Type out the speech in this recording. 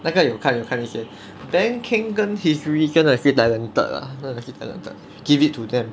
那个有看有看一些 ben kheng 跟 hirzi 真的是 talented lah 真的是 talented give it to them